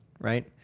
right